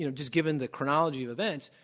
you know just given the chronology of events,